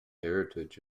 heritage